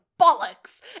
bollocks